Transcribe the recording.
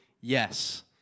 Yes